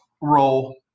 role